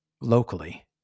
locally